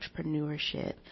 entrepreneurship